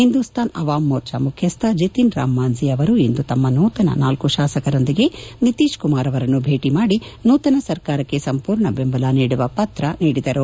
Hindustan Awam Morcha HAM ಮುಖ್ಯಸ್ವ ಜಿಸಿನ್ ರಾಮ್ ಮಾಂಜ್ಹಿ ಅವರು ಇಂದು ತಮ್ನನೂತನ ನಾಲ್ಲು ಶಾಸಕರೊಂದಿಗೆ ನಿತೀಶ್ ಕುಮಾರ್ ಅವರನ್ನು ಭೇಟ ಮಾಡಿ ನೂತನ ಸರ್ಕಾರಕ್ಕೆ ಸಂಪೂರ್ಣ ಬೆಂಬಲ ನೀಡುವ ಪತ್ರ ನೀಡಿದರು